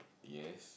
yes